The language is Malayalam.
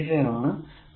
ഇത് 25 Ω ആണ്